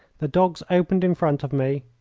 the dogs opened in front of me.